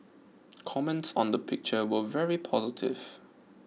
comments on the picture were very positive